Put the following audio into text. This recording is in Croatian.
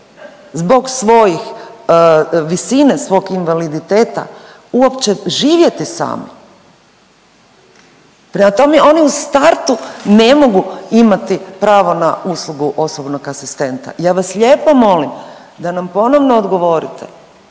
zbog svojih, visine svog invaliditeta uopće živjeti sami. Prema tome, oni u startu ne mogu imati pravo na uslugu osobnog asistenta. Ja vas lijepo molim da nam ponovno odgovorite